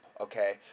Okay